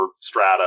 strata